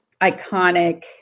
iconic